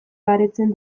baretzen